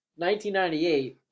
1998